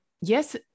Yes